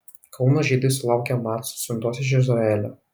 kauno žydai sulaukė macų siuntos iš izraelio